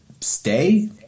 stay